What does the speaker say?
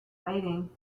waiting